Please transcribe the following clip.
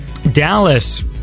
Dallas